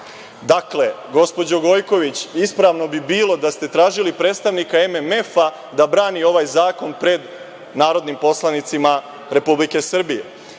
gospođo Gojković, ispravno bi bilo da ste tražili predstavnika MMF-a da brani ovaj zakon pred narodnim poslanicima Republike Srbije,